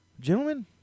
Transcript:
Gentlemen